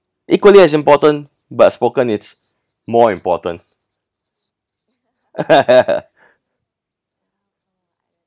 equally as important but spoken it's more important